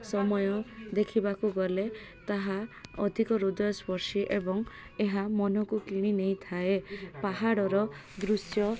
ସମୟ ଦେଖିବାକୁ ଗଲେ ତାହା ଅଧିକ ହୃଦୟସ୍ପର୍ଶୀ ଏବଂ ଏହା ମନକୁ କିଣି ନେଇଥାଏ ପାହାଡ଼ର ଦୃଶ୍ୟ